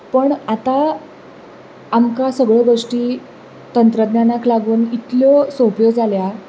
पूण आतां आमकां सगळ्यो गोश्टी तंत्रज्ञानाक लागून इतल्यो सोंप्यो जाल्यात